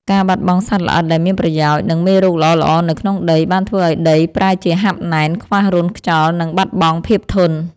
ការបាត់បង់សត្វល្អិតដែលមានប្រយោជន៍ និងមេរោគល្អៗនៅក្នុងដី បានធ្វើឱ្យដីប្រែជាហាប់ណែន ខ្វះរន្ធខ្យល់ និងបាត់បង់ភាពធន់។